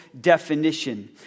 definition